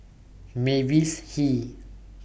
Mavis Hee